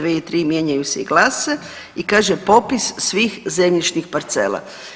2. i 3. mijenjaju se i glase i kaže „popis svih zemljišnih parcela“